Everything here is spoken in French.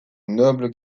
noble